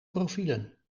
profielen